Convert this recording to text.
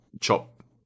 chop